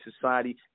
society